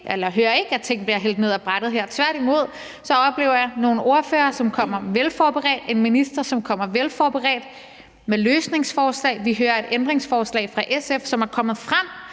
hører faktisk ikke, at tingene bliver hældt ned ad brættet her. Tværtimod oplever jeg nogle ordførere, som kommer velforberedt, og en minister, som kommer velforberedt og kommer med løsningsforslag. Vi hører et ændringsforslag fra SF, som er kommet frem